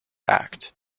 act